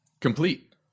complete